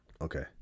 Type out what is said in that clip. Okay